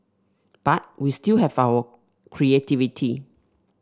but we still have our creativity